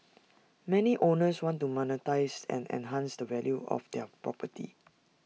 many owners want to monetise and enhance the value of their property